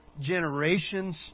generations